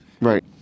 Right